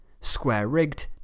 square-rigged